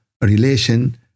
relation